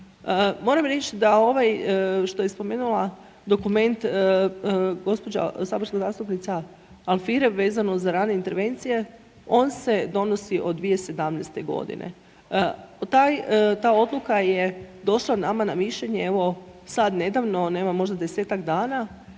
Moram reći da ovaj što je spomenula, dokument gospođa saborska zastupnica Alfirev vezano za rane intervencije, on se donosi od 2017. godine. Taj, ta odluka je došla nama na mišljenje evo sad nedavno, nema možda 10-tak dana